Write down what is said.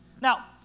now